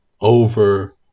over